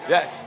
Yes